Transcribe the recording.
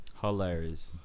Hilarious